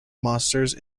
monsters